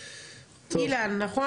אילן, נכון?